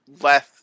less